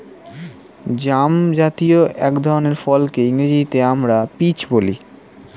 জামজাতীয় এক ধরনের ফলকে ইংরেজিতে আমরা পিচ বলি